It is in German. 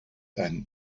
einen